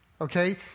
okay